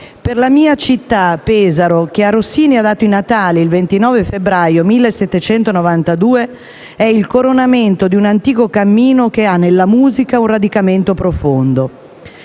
Per la mia città, Pesaro, che a Rossini ha dato i natali il 29 febbraio 1792, è il coronamento di un antico cammino che ha nella musica un radicamento profondo.